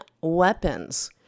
weapons